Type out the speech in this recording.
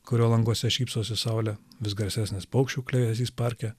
kurio languose šypsosi saulė vis garsesnis paukščių klegesys parke